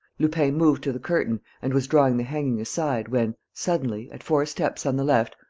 lupin moved to the curtain and was drawing the hanging aside when, suddenly, at four steps on the left,